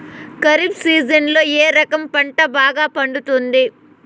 ఖరీఫ్ సీజన్లలో ఏ రకం పంట బాగా పండుతుంది